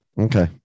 okay